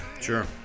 Sure